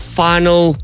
final